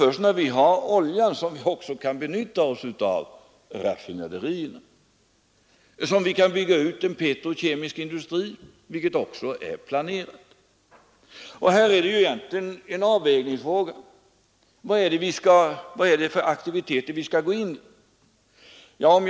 Först när vi har olja kan vi benytta oss av raffinaderierna och bygga ut den petrokemiska industrin, vilket också är planerat. Det här är en avvägningsfråga: Vilka aktiviteter skall vi gå in för?